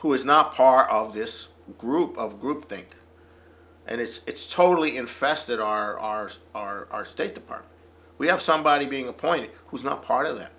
who is not part of this group of group think and it's totally infested our ours are our state department we have somebody being appointed who is not part of th